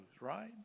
right